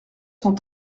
cent